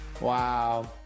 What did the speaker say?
wow